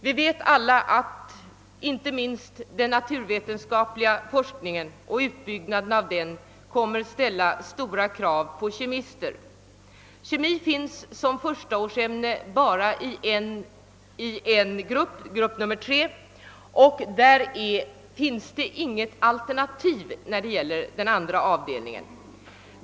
Som alla vet kommer den naturvetenskapliga forskningen och dess utbyggnad att ställa stora krav på kemister. Ämnet kemi finns emellertid som förstaårsämne bara i en grupp, nämligen grupp 3. Det finns inte något alternativ i andra avdelningen, enbart biologi.